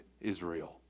Israel